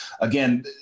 Again